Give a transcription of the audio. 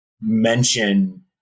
mention